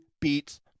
Beats